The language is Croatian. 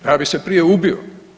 Ja bi se prije ubio.